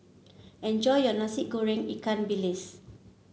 enjoy your Nasi Goreng Ikan Bilis